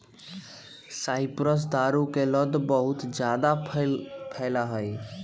cypress दारू के लता बहुत जादा फैला हई